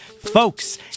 Folks